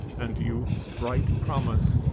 and youth's bright promise,